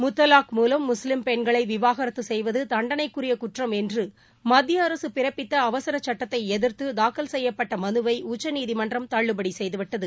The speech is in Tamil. முத்தவாக் மூலம் முஸ்லிம் பென்களை விவகாரத்து செய்வது தண்டனைக்குரிய குற்றம் என்று மத்திய அரசு பிறப்பித்த அவசர சுட்டத்தை எதிர்த்து தாக்கல் செய்யப்பட்ட மனுவை உச்சநீதிமன்றம் தள்ளுபடி செய்து விட்டது